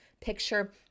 picture